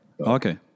okay